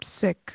sick